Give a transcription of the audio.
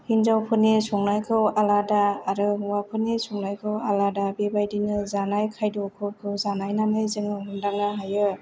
हिन्जावफोरनि संनायखौ आलादा आरो हौवाफोरनि संनायखौ आलादा बेबायदिनो जानाय खायद'फोरखौ जानायनानै जोङो हमदांनो हायो